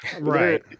Right